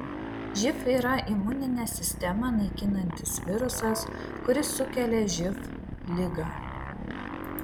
živ yra imuninę sistemą naikinantis virusas kuris sukelia živ ligą